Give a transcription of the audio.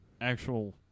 actual